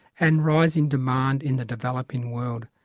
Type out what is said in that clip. and rising demand in the developing world.